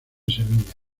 semilla